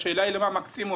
השאלה היא למה מקצים אותו.